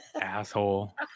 Asshole